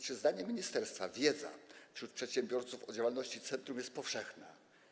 Czy zdaniem ministerstwa wiedza wśród przedsiębiorców o działalności centrum jest powszechna?